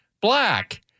black